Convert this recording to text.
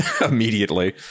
immediately